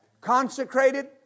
consecrated